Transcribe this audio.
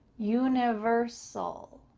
universal.